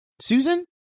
Susan